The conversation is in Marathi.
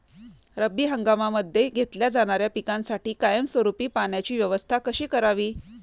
रब्बी हंगामामध्ये घेतल्या जाणाऱ्या पिकांसाठी कायमस्वरूपी पाण्याची व्यवस्था कशी करावी?